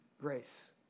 grace